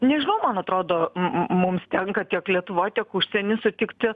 nežinau man atrodo mums tenka tiek lietuvoj tiek užsieny sutikti